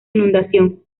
inundación